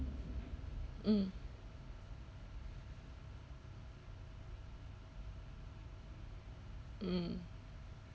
mm mm